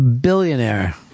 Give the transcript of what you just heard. billionaire